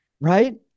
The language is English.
right